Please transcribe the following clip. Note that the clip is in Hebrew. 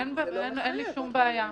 אין לי שום בעיה.